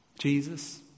Jesus